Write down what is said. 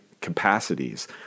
capacities